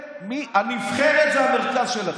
הנבחרת זה המרכז שלכם.